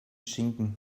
schinken